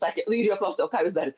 sakė nu ir jo klausiau ką jūs darėt